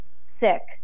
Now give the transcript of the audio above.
sick